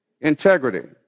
integrity